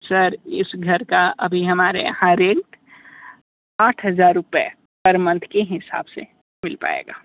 sir इस घर का अभी हमारे यहाँ रेट आठ हजार रुपए पर मंथ हिसाब से मिल पाएगा